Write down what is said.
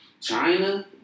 China